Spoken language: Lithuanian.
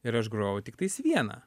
ir aš grojau tiktais vieną